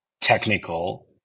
technical